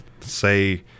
say